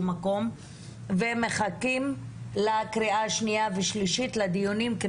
מקום ומחכים לדיונים בקריאה השנייה והשלישית,